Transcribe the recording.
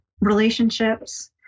relationships